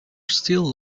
still